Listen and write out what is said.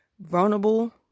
vulnerable